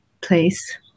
place